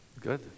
Good